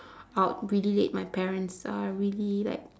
out really late my parents are really like